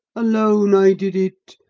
alone i did it.